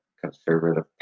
conservative